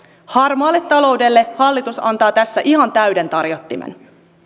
harmaalle taloudelle hallitus antaa tässä ihan täyden tarjottimen